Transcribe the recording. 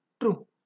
True